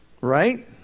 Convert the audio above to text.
right